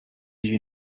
you